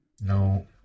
no